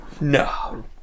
no